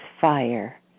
fire